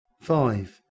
five